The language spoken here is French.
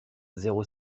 zéro